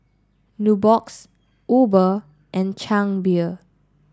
Nubox Uber and Chang Beer